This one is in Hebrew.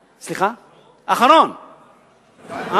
במס הישיר אתה אומר, לא